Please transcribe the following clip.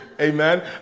amen